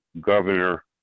Governor